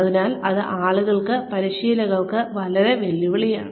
അതിനാൽ ഇത് ആളുകൾക്ക് പരിശീലകർക്ക് വലിയ വെല്ലുവിളിയാണ്